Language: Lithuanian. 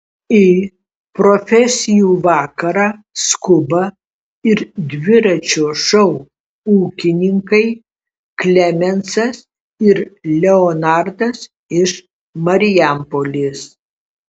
į profesijų vakarą skuba ir dviračio šou ūkininkai klemensas ir leonardas iš marijampolės